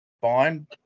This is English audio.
fine